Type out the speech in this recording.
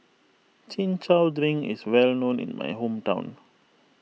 Chin Chow Drink is well known in my hometown